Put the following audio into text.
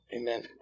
Amen